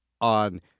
on